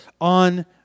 on